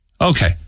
Okay